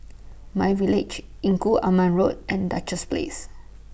MyVillage Engku Aman Road and Duchess Place